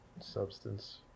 substance